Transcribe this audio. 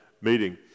meeting